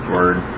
Word